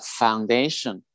foundation